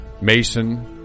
Mason